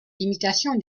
limitations